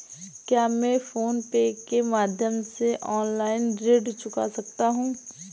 क्या मैं PhonePe के माध्यम से ऑनलाइन ऋण चुका सकता हूँ?